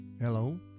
Hello